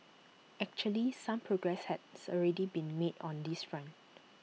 actually some progress has already been made on this front